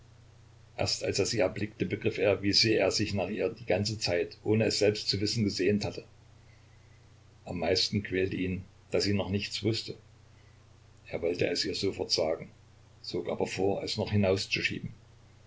erst als er sie erblickte begriff er wie sehr er sich nach ihr die ganze zeit ohne es selbst zu wissen gesehnt hatte am meisten quälte ihn daß sie noch nichts wußte er wollte es ihr sofort sagen zog aber vor es noch hinauszuschieben